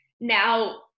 now